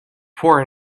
poor